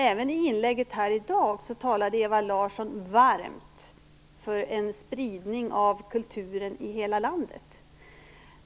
Även i inlägget här i dag talade Ewa Larsson varmt för en spridning av kulturen i hela landet.